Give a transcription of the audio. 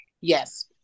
Yes